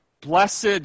Blessed